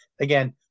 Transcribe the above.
Again